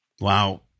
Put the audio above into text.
Wow